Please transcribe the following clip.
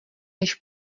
než